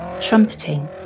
trumpeting